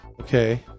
Okay